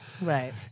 Right